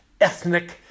ethnic